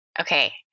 okay